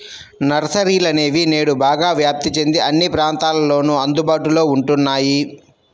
నర్సరీలనేవి నేడు బాగా వ్యాప్తి చెంది అన్ని ప్రాంతాలలోను అందుబాటులో ఉంటున్నాయి